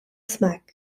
smack